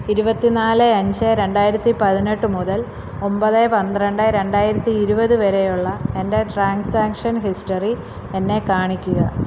ഇരുപത്തി നാല് അഞ്ച് രണ്ടായിരത്തി പതിനെട്ട് മുതൽ ഒൻപത് പന്ത്രണ്ട് രണ്ടായിരത്തി ഇരുപത് വരെയുള്ള എൻ്റെ ട്രാൻസാക്ഷൻ ഹിസ്റ്ററി എന്നെ കാണിക്കുക